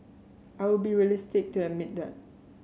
I will be realistic to admit that